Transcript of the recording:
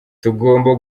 tugomba